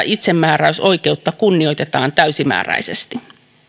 itsemääräämisoikeutta kunnioitetaan täysimääräisesti